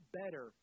better